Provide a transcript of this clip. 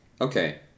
okay